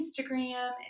Instagram